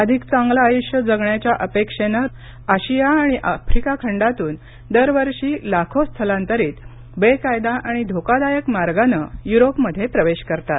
अधिक चांगलं आयुष्य जगण्याच्या अपेक्षेनं आशिया आणि आफ्रिका खंडातून दरवर्षी लाखो स्थलांतरीत बेकायदा आणि धोकादायक मार्गानं युरोपमध्ये प्रवेश करतात